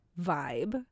vibe